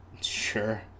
Sure